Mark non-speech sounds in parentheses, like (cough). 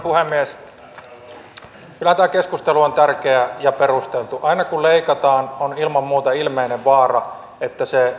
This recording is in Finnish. (unintelligible) puhemies kyllä tämä keskustelu on tärkeä ja perusteltu aina kun leikataan on ilman muuta ilmeinen vaara että se